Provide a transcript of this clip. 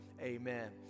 Amen